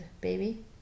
baby